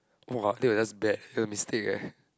!woah! that was just bad a mistake eh